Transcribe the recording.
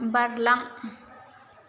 बारलां